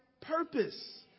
purpose